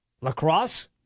Lacrosse